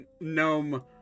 gnome